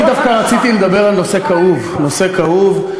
אני דווקא רציתי לדבר על נושא כאוב, נושא כאוב.